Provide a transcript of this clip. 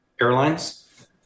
airlines